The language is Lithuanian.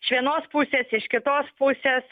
iš vienos pusės iš kitos pusės